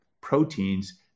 proteins